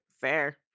fair